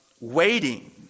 waiting